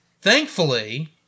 Thankfully